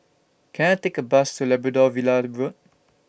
Can I Take A Bus to Labrador Villa Road